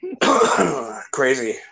Crazy